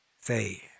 Say